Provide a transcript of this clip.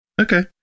Okay